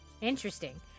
Interesting